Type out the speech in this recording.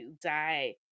die